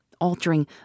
altering